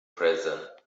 present